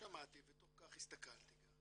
שמעתי ותוך כך הסתכלתי גם